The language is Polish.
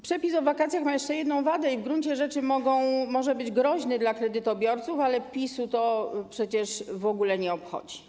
Przepis o wakacjach ma jeszcze jedną wadę i w gruncie rzeczy może być groźny dla kredytobiorców, ale PiS-u to przecież w ogóle nie obchodzi.